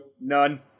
None